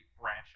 branch